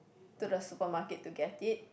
to the supermarket to get it